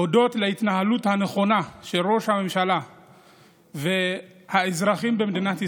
הודות להתנהלות הנכונה של ראש הממשלה והאזרחים במדינת ישראל,